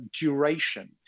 duration